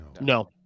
no